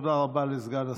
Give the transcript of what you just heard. תודה רבה לסגן השר.